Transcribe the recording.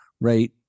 right